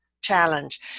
challenge